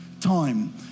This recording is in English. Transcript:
time